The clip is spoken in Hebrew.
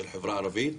של החברה הערבית,